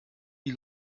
die